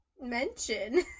Mention